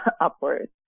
upwards